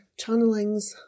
channelings